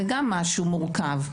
זה גם משהו מורכב.